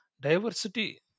diversity